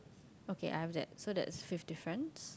okay I have that so that's fifth difference